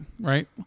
right